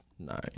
Nine